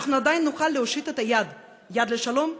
אנחנו עדיין נוכל להושיט את היד: יד לשלום,